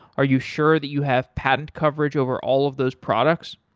are you sure that you have patent coverage over all of those products?